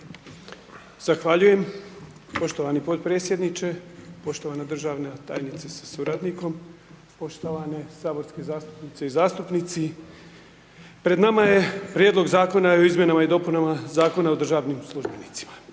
Zahvaljujem poštovani potpredsjedniče, poštovana državna tajnice sa suradnikom, poštovane saborski zastupnice i zastupnici. Pred nama je prijedlog Zakona o izmjenama i dopunama Zakona o državnim službenicima.